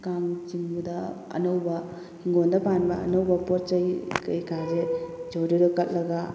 ꯀꯥꯡ ꯆꯤꯡꯕꯗ ꯑꯅꯧꯕ ꯍꯤꯡꯒꯣꯟꯗ ꯄꯥꯟꯕ ꯑꯅꯧꯕ ꯄꯣꯠꯆꯩ ꯀꯩꯀꯥꯁꯦ ꯏꯁꯣꯔꯗꯨꯗ ꯀꯠꯂꯒ